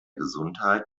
gesundheit